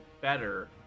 better